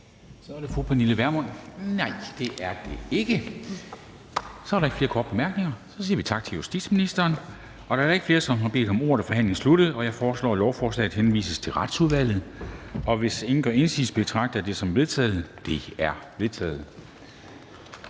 Formanden (Henrik Dam Kristensen): Så er der ikke flere korte bemærkninger, og så siger vi tak til justitsministeren. Da der ikke er flere, der har bedt om ordet, er forhandlingen sluttet. Jeg foreslår, at lovforslaget henvises til Retsudvalget, og hvis ingen gør indsigelse, betragter jeg det som vedtaget. Det er vedtaget.